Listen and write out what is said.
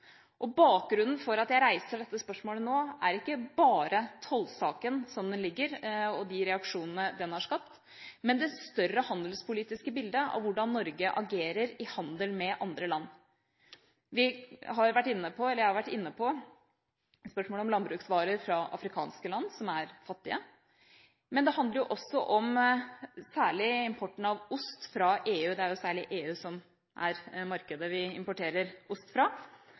etter. Bakgrunnen for at jeg reiser dette spørsmålet nå, er ikke bare tollsaken som den ligger, og de reaksjonene den har skapt, men det større handelspolitiske bildet av hvordan Norge agerer i handel med andre land. Jeg har vært inne på spørsmålet om landbruksvarer fra fattige afrikanske land. Men det handler også om importen, særlig av ost, fra EU – det er jo særlig EU som er markedet vi importerer ost fra